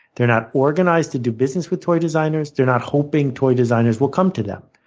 they're not organized to do business with toy designers. they're not hoping toy designers will come to them.